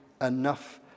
enough